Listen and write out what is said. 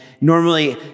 normally